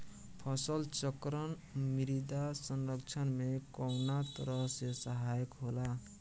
फसल चक्रण मृदा संरक्षण में कउना तरह से सहायक होला?